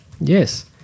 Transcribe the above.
Yes